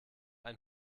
ein